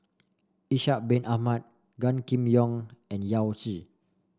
Ishak Bin Ahmad Gan Kim Yong and Yao Zi